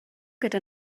gyda